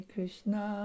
Krishna